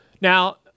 now